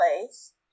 place